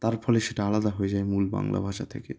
তার ফলে সেটা আলাদা হয়ে যায় মূল বাংলা ভাষা থেকে